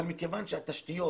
מכיוון שהתשתיות